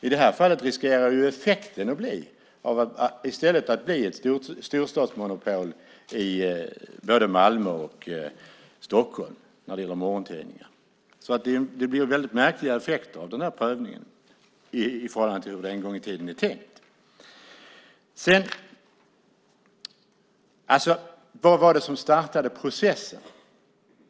I det här fallet riskerar effekten i stället att bli ett storstadsmonopol i både Malmö och Stockholm när det gäller morgontidningar. Det blir väldigt märkliga effekter av den prövningen i förhållande till hur det en gång i tiden är tänkt. Vad var det som startade processen?